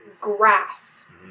grass